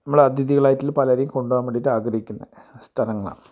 നമ്മുടെ അതിഥികളായിട്ടുള്ള പലരേയും കൊണ്ടുപോവാൻ വേണ്ടീട്ട് ആഗ്രഹിക്കുന്ന സ്ഥലങ്ങളാണ്